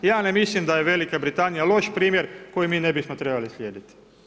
Ja ne mislim da je Velika Britanija loš primjer koji mi ne bismo trebali slijediti.